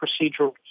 procedural